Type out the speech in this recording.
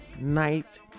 night